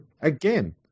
Again